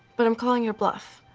but i'm calling your bluff.